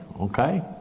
okay